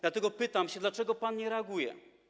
Dlatego pytam: Dlaczego pan nie reaguje?